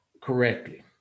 correctly